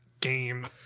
game